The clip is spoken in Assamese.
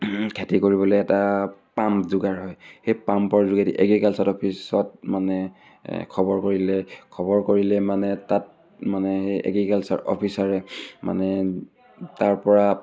খেতি কৰিবলৈ এটা পাম্প যোগাৰ হয় সেই পাম্পৰ যোগেদি এগ্ৰিকালচাৰ অফিচত মানে খবৰ কৰিলে খবৰ কৰিলে মানে তাত মানে সেই এগ্ৰিকালচাৰ অফিচাৰে মানে তাৰপৰা